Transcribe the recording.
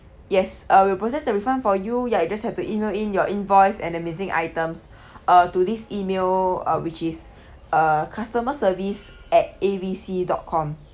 yes uh we'll process the refund for you ya you just have to email in your invoice and the missing items uh to this email uh which is uh customer service at A B C dot com